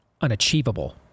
unachievable